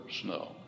snow